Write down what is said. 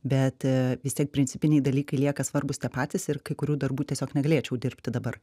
bet vis tiek principiniai dalykai lieka svarbūs tie patys ir kai kurių darbų tiesiog negalėčiau dirbti dabar